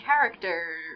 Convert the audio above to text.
character